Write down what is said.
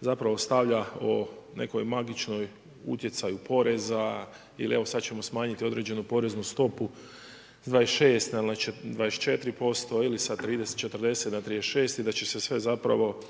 zapravo stavlja o nekoj magičnoj utjecaju poreza ili evo, sad ćemo smanjiti određenu poreznu stopu s 26 na 24% ili sa 30, 40 na 36 i da će se sve zapravo